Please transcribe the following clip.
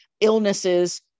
illnesses